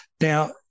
Now